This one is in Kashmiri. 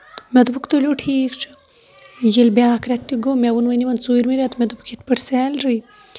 مےٚ دوٚپُکھ تُلِو ٹھیٖک چھُ ییٚلہِ بیاکھ رٮ۪تھ تہِ گوٚو مےٚ ووٚن وۄنۍ یِمن ژوٗرمہِ رٮ۪تہٕ مےٚ دوٚپُکھ یِتھ پٲٹھۍ سیلری